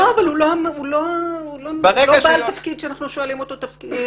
הוא לא בעל תפקיד שאנחנו שואלים אותו שאלות.